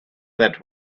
that